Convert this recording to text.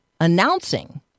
announcing